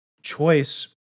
Choice